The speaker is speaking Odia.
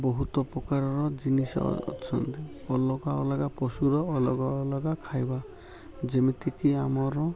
ବହୁତ ପ୍ରକାରର ଜିନିଷ ଅଛନ୍ତି ଅଲଗା ଅଲଗା ପଶୁର ଅଲଗା ଅଲଗା ଖାଇବା ଯେମିତିକି ଆମର